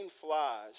flies